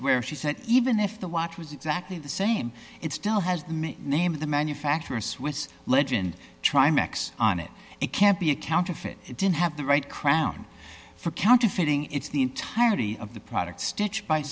where she said even if the watch was exactly the same it still has the mc name of the manufacturer swiss legend try max on it it can't be a counterfeit it didn't have the right crown for counterfeiting it's the entirety of the product stitch